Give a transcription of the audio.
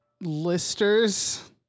Listers